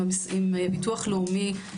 עם ביטוח לאומי.